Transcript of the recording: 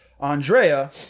Andrea